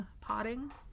potting